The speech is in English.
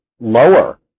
lower